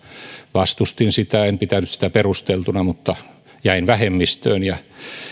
vastustin sitä en pitänyt sitä perusteltuna mutta jäin vähemmistöön ja